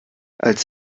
als